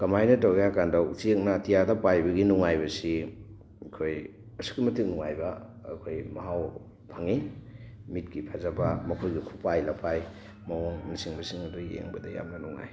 ꯀꯃꯥꯏꯅ ꯇꯧꯒꯦ ꯍꯥꯏꯕꯀꯥꯟꯗ ꯎꯆꯦꯛꯅ ꯑꯇꯤꯌꯥꯗ ꯄꯥꯏꯕꯒꯤ ꯅꯨꯡꯉꯥꯏꯕꯁꯤ ꯑꯩꯈꯣꯏ ꯑꯁꯨꯛꯀꯤ ꯃꯇꯤꯛ ꯅꯨꯉꯥꯏꯕ ꯑꯩꯈꯣꯏ ꯃꯍꯥꯎ ꯐꯪꯉꯤ ꯃꯤꯠꯀꯤ ꯐꯖꯕ ꯃꯈꯣꯏꯒꯤ ꯈꯨꯄꯥꯏ ꯂꯛꯄꯥꯏ ꯃꯑꯣꯡꯅꯆꯤꯡꯕꯁꯤꯡ ꯑꯗꯨ ꯌꯦꯡꯕꯗ ꯌꯥꯝꯅ ꯅꯨꯡꯉꯥꯏ